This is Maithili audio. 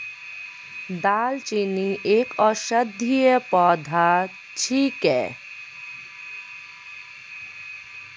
दालचीनी एक औषधीय पौधा छिकै